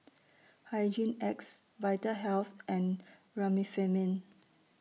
Hygin X Vitahealth and Remifemin